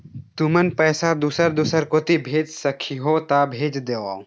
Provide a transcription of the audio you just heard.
तुमन पैसा दूसर दूसर कोती भेज सखीहो ता भेज देवव?